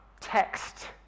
text